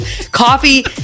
Coffee